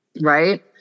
Right